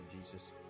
Jesus